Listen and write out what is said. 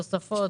תוספות,